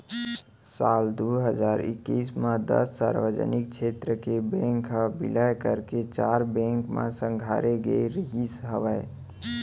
साल दू हजार एक्कीस म दस सार्वजनिक छेत्र के बेंक ह बिलय करके चार बेंक म संघारे गे रिहिस हवय